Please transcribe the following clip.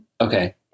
okay